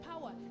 power